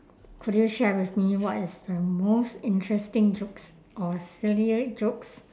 could you share with me what is the most interesting jokes or sillier jokes